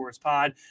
Pod